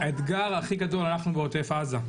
האתגר הכי גדול עבורנו בעוטף עזה,